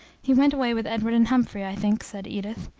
he went away with edward and humphrey i think, said edith.